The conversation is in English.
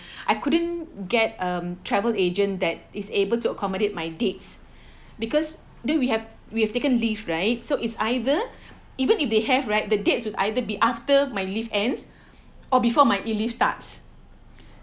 I couldn't get a travel agent that is able to accommodate my dates because then we have we have taken leave right so it's either even if they have right the dates will either be after my leave ends or before my leave starts